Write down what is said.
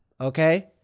Okay